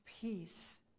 peace